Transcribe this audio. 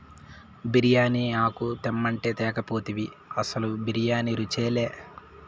బిర్యానీ ఆకు తెమ్మంటే తేక పోతివి అసలు బిర్యానీ రుచిలే